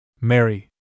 Mary